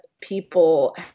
people